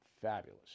fabulous